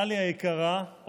טלי היקרה,